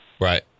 Right